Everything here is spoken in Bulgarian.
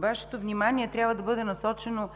Вашето внимание трябва да бъде насочено